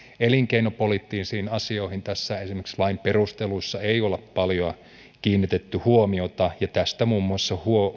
elinkeinopoliittisiin asioihin esimerkiksi lain perusteluissa ei olla paljon kiinnitetty huomiota ja tästä muun muassa